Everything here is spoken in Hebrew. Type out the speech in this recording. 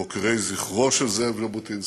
מוקירי זכרו של זאב ז'בוטינסקי,